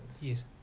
Yes